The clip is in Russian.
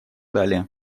далее